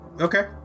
Okay